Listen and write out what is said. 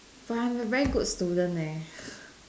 but I'm a very good student leh